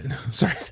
Sorry